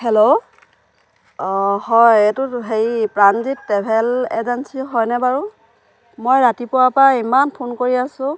hello অঁ হয় এইটো হেৰি প্ৰাণজিৎ ট্ৰেভেল এজেঞ্চী হয় নে বাৰু মই ৰাতিপুৱাৰপৰা ইমান ফোন কৰি আছো